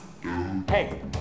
Hey